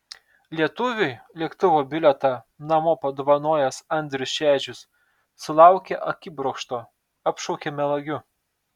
lietuviui lėktuvo bilietą namo padovanojęs andrius šedžius sulaukė akibrokšto apšaukė melagiu